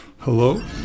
Hello